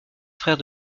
frère